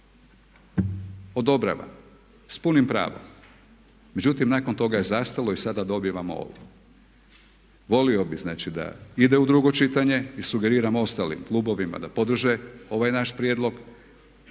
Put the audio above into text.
odobravam s punim pravom, međutim nakon toga je zastalo i sada dobivamo ovo. Volio bih znači da ide u drugo čitanje i sugeriram ostalim klubovima da podrže ovaj naš prijedlog.